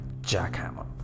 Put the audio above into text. jackhammer